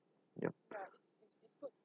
ya